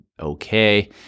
okay